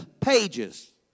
pages